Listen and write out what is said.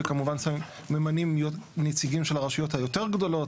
וכמובן ממנים נציגים של הרשויות היותר גדולות